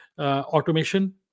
automation